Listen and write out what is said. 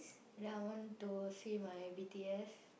then I want to see my B_T_S